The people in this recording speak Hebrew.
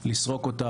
לסרוק אותם.